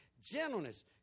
gentleness